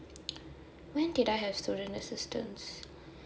when did I have student assistants